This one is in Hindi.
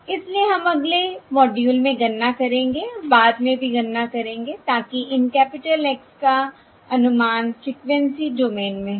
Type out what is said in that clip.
इसलिए हम अगले मॉड्यूल में गणना करेंगे और बाद में भी गणना करेंगे ताकि इन कैपिटल X s का अनुमान फ़्रीक्वेंसी डोमेन में हो